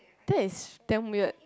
that is damn weird